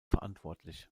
verantwortlich